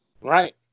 Right